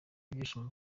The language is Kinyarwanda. ibyishimo